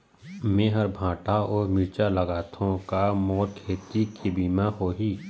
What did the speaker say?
मेहर भांटा अऊ मिरचा लगाथो का मोर खेती के बीमा होही?